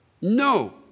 No